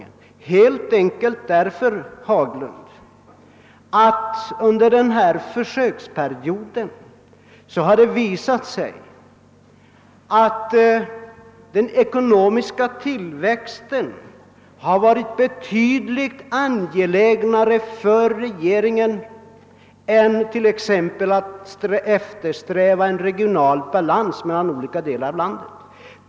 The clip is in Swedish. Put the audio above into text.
Det beror helt enkelt på att det under försöksperioden har visat sig att det för regeringen har varit betydligt mer angeläget att eftersträva en hög ekonomisk tillväxttakt än att åstadkomma en regional balans mellan olika delar av landet.